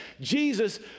Jesus